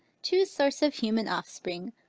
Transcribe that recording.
true source of human offspring,